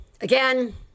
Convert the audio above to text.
Again